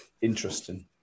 interesting